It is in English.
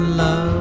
love